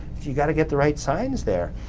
but you've got to get the right signs there.